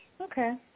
Okay